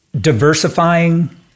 diversifying